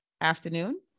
afternoon